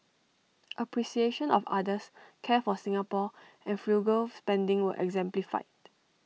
appreciation of others care for Singapore frugal spending were exemplified